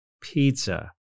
pizza